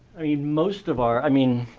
i mean most of our i mean,